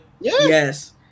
Yes